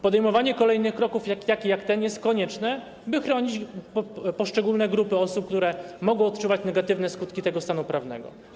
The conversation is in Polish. Podejmowanie kolejnych kroków, takich kroków jak ten, jest konieczne, by chronić poszczególne grupy osób, które mogą odczuwać negatywne skutki tego stanu prawnego.